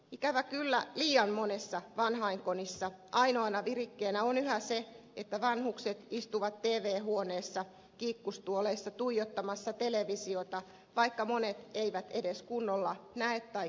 ikävä kyllä liian monessa vanhainkodissa ainoana virikkeenä on yhä se että vanhukset istuvat tv huoneissa kiikkustuoleissa tuijottamassa televisiota vaikka monet eivät edes kunnolla näe tai kuule sitä